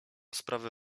sprawę